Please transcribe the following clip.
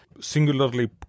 singularly